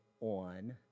on